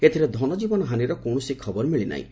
ଏଥିରେ ଧନଜୀବନ ହାନିର କୌଣସି ଖବର ମିଳି ନାହିଁ